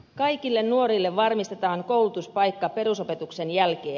kaikille nuorille varmistetaan koulutuspaikka perusopetuksen jälkeen